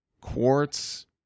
Quartz